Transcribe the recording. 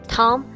Tom